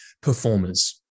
performers